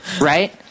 Right